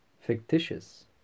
Fictitious